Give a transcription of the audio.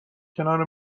کنار